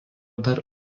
dar